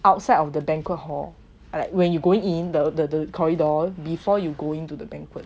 outside of the banquet hall like when you going in the corridor before you go into the banquet